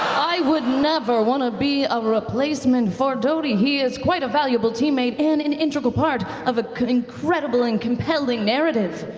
i would never want to be a replacement for doty, he is quite a valuable teammate and an integral part of a incredible and compelling narrative.